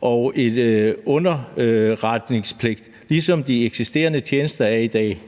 og en underretningspligt, ligesom de eksisterende tjenester er det i dag.